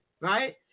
right